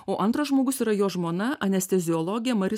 o antras žmogus yra jo žmona anesteziologe mari